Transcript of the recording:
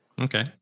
Okay